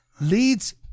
leads